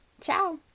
ciao